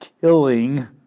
killing